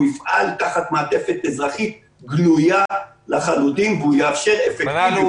והוא יפעל תחת מעטפת אזרחית גלויה לחלוטין והוא יאפשר אפקטיביות